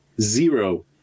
zero